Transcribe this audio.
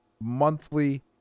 monthly